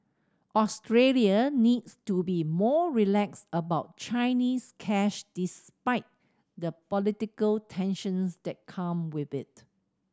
Australia needs to be more relaxed about Chinese cash despite the political tensions that come with it